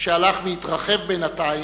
שהלך והתרחב בינתיים,